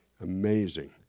Amazing